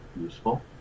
useful